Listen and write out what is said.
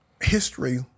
history